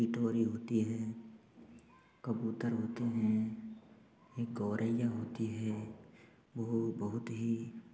डिठौरी होती है कबूतर होते हैं एक गौरैया होती है वो बहुत ही